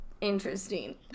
interesting